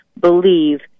believe